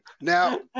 Now